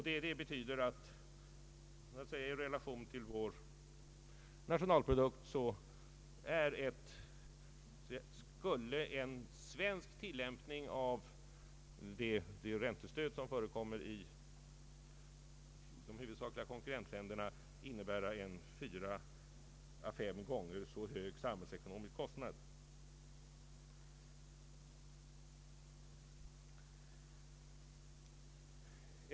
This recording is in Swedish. Det betyder att i relation till vår nationalprodukt skulle en svensk tillämpning av det räntestöd som förekommer i de huvudsakliga konkurrentländerna innebära en fyra å fem gånger så hög samhällsekonomisk kostnad.